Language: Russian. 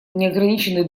неограниченный